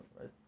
right